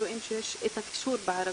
רואים שיש את הקישור בערבית,